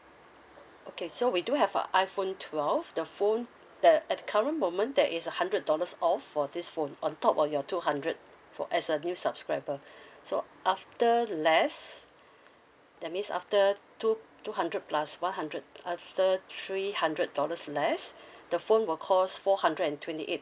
okay so we do have a iphone twelve the phone that at current moment there is a hundred dollars off for this phone on top of your two hundred for as a new subscriber so after less that means after the two two hundred plus one hundred uh thur~ three hundred dollars less the phone will cost four hundred and twenty eight